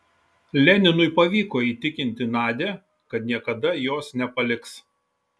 leninui pavyko įtikinti nadią kad niekada jos nepaliks